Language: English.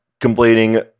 completing